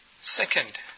Second